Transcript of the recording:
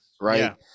right